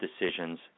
decisions